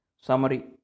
Summary